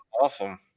awesome